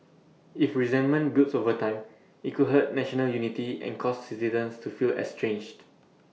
if resentment builds over time IT could hurt national unity and cause citizens to feel estranged